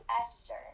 Esther